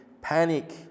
panic